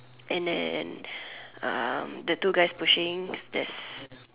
and then um the two guys pushing there's